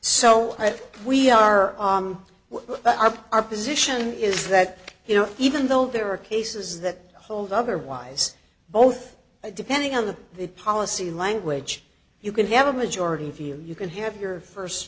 so we are on our our position is that here even though there are cases that hold otherwise both depending on the the policy language you can have a majority feel you can have your first